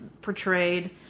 portrayed